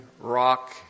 rock